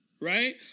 right